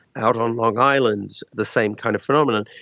out on long island, the same kind of phenomenon.